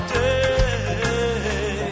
day